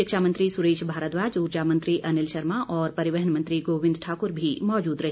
शिक्षा मंत्री सुरेश भारद्वाज ऊर्जा मंत्री अनिल शर्मा और परिवहन मंत्री गोविन्द ठाकुर भी मौजूद रहे